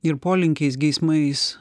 ir polinkiais geismais